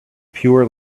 pure